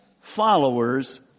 followers